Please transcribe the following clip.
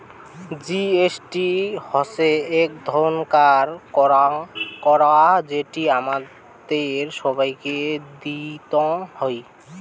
GST হসে এক ধরণকার কর যেটি হামাদের সবাইকে দিতং হই